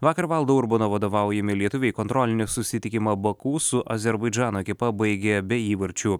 vakar valdo urbono vadovaujami lietuviai kontrolinio susitikimo baku su azerbaidžano ekipa baigė be įvarčių